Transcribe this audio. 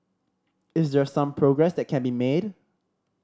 is there some progress that can be made